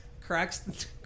cracks